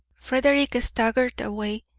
frederick staggered away.